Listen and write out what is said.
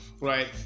right